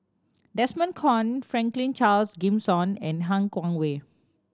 Desmond Kon Franklin Charles Gimson and Han Guangwei